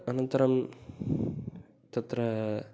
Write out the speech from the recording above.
अनन्तरं तत्र